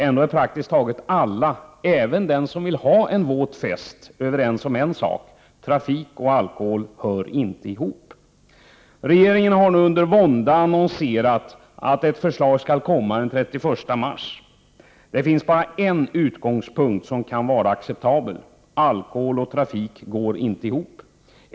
Ändå är praktiskt taget alla — även den som vill ha en våt fest — överens om en sak: trafik och alkohol hör inte ihop. Regeringen har nu under vånda annonserat att det kommer ett förslag i vår, den 31 mars. Det finns bara en utgångspunkt som kan vara acceptabel. Alkohol och trafik går inte ihop.